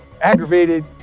aggravated